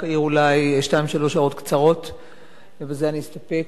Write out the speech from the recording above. אולי רק שתיים, שלוש הערות קצרות ובזה אני אסתפק.